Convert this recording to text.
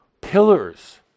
pillars